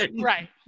Right